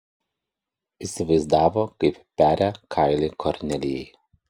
įsivaizdavo kaip peria kailį kornelijai